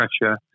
pressure